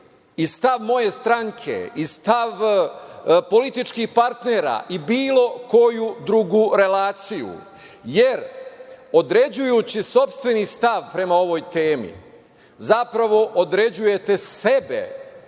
i stav moje stranke i stav političkih partnera i bilo koju drugu relaciju, jer određujući sopstveni stav prema ovoj temi, zapravo određujete sebe